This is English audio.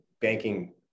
banking